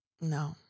No